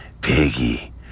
piggy